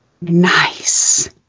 Nice